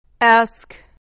Ask